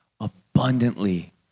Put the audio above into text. abundantly